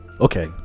Okay